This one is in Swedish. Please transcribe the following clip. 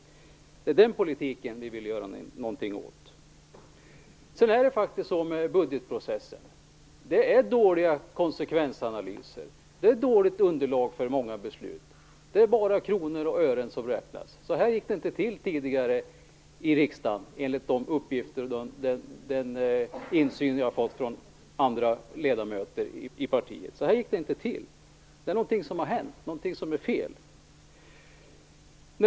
Det är den politiken vi vill göra någonting åt. Sedan är det faktiskt dåligt ställt med budgetprocessen. Det är dåliga konsekvensanalyser. Det är dåliga underlag för många beslut. Det är bara kronor och ören som räknas. Så här gick det inte till tidigare i riksdagen, enligt de uppgifter jag fått av andra ledamöter i partiet. Så här gick det inte till! Det är någonting som har hänt, någonting som är fel.